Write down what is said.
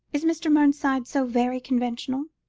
is mr. mernside so very conventional?